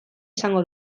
izango